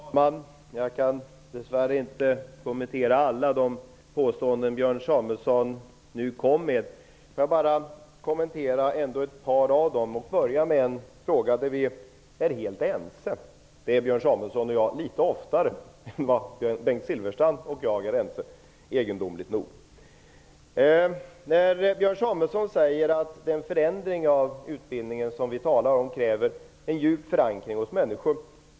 Herr talman! Jag kan dess värre inte kommentera alla de påståenden som Björn Samuelson nu kom med. Jag vill ändå kommentera ett par av dem och börjar med en fråga som vi är helt överens om. Björn Samuelson och jag är egendomligt nog ense litet oftare än Bengt Silfverstrand och jag är det. Björn Samuelson säger att den förändring av utbildning som vi talar om kräver en djup förankring hos människorna.